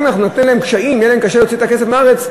אם אנחנו נערים עליהם קשיים ויהיה להם קשה להוציא את הכסף מהארץ,